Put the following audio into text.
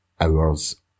hours